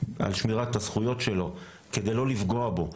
על שמירת הזכויות שלו, כדי לא לפגוע בו.